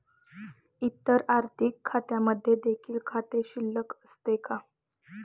इतर आर्थिक खात्यांमध्ये देखील खाते शिल्लक असते का?